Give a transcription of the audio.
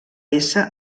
ésser